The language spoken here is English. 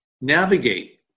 navigate